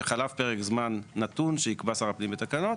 וחלף פרק זמן נתון שיקבע שר הפנים בתקנות,